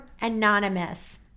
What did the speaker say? Anonymous